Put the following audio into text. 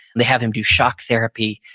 they have him do shock therapy.